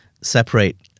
separate